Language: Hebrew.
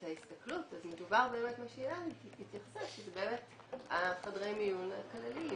ההסתכלות, אז מדובר באמת בחדרי המיון הכלליים.